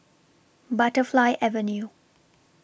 Butterfly Avenue